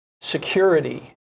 security